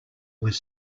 was